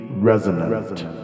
Resonant